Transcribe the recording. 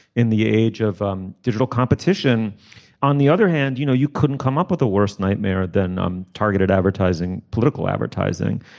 in the age of um digital competition on the other hand you know you couldn't come up with a worst nightmare than um targeted advertising political advertising.